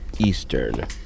Eastern